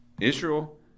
Israel